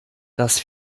das